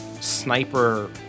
sniper